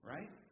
Right